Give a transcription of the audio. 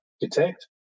detect